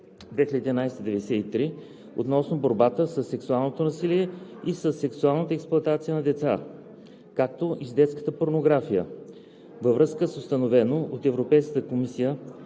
2011/93 относно борбата със сексуалното насилие и със сексуалната експлоатация на деца, както и с детската порнография, във връзка с установено от Европейската комисия